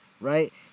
right